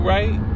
Right